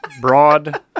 Broad